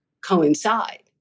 coincide